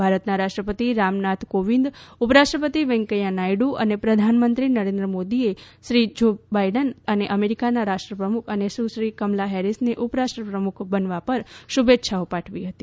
ભારતના રાષ્ટ્રપતિ રામનાથ કોવિંદ ઉપરાષ્ટ્રપતિ વૈંકેયા નાયડુ અને પ્રધાનમંત્રી નરેન્દ્ર મોદીએ શ્રી જો બાઈડનને અમેરિકાના રાષ્ટ્રપ્રમુખ અને સુશ્રી કમલા હેરિસને ઉપરાષ્ટ્ર પ્રમુખ બનવા પર શુભેચ્છાઓ પાઠવી છે